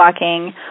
walking